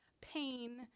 pain